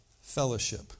fellowship